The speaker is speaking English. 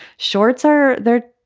shorts are there.